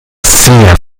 sehr